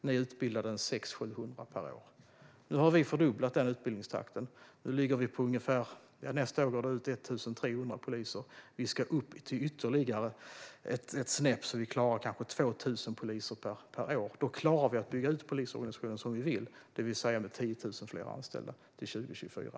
Ni utbildade 600-700 per år. Nu har vi fördubblat den utbildningstakten. Nästa år går det ut 1 300 poliser. Vi ska upp ytterligare ett snäpp så att vi klarar kanske 2 000 poliser per år. Då klarar vi att bygga ut polisorganisationen som vi vill, det vill säga med 10 000 fler anställda till 2024.